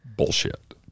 bullshit